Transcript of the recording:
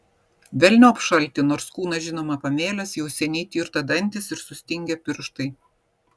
velniop šaltį nors kūnas žinoma pamėlęs jau seniai tirta dantys ir sustingę pirštai